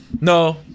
No